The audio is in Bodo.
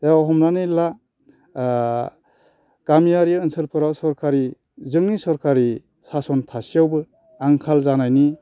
जेराव हमनानै ला गामियारि ओनसोलफोराव सोरखारि जोंनि सोरखारि सासन थासेयावबो आंखाल जानायनि